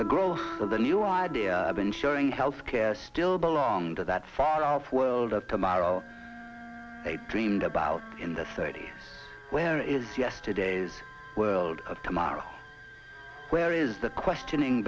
of the new idea of ensuring health care still belong to that far off world of tomorrow they dreamed about in the thirty's where is yesterday's world of tomorrow where is the questioning